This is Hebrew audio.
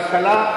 כלכלה,